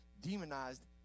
demonized